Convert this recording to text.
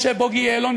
משה בוגי יעלון,